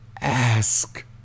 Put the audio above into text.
ask